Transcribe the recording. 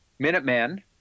Minuteman